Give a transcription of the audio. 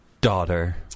daughter